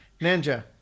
Ninja